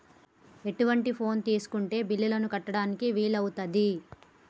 ఎటువంటి ఫోన్ తీసుకుంటే బిల్లులను కట్టడానికి వీలవుతది?